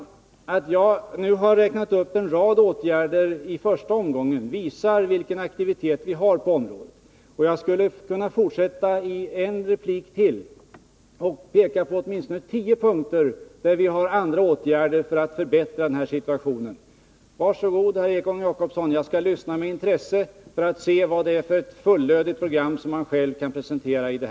Jag har i svaret räknat upp en rad åtgärder som regeringen vidtagit, och det visar vilken aktivitet vi har på det här området. Jag skulle kunna fortsätta och i ännu en replik peka på ytterligare åtminstone tio punkter, där vi kan redovisa andra åtgärder som vidtagits för att förbättra den här situationen. Men var så god, herr Egon Jacobsson, och presentera ett att effektivisera indrivningen av obetalda skatter och avgifter fullödigt program för hur man skall lösa de här svåra problemen!